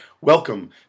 Welcome